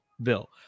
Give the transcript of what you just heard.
bill